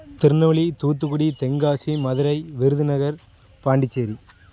Tirunelveli Thoothukudi Tenkasi Madurai Virudhunagar Pondicherry